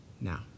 now